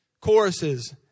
choruses